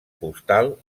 postal